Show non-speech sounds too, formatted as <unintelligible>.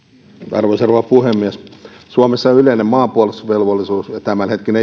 arvoisa rouva puhemies suomessa yleinen maanpuolustusvelvollisuus ja tämänhetkinen <unintelligible>